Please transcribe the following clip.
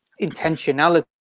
intentionality